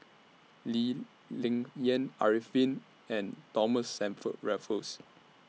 Lee Ling Yen Arifin and Thomas Stamford Raffles